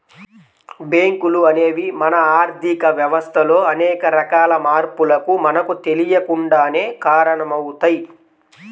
బ్యేంకులు అనేవి మన ఆర్ధిక వ్యవస్థలో అనేక రకాల మార్పులకు మనకు తెలియకుండానే కారణమవుతయ్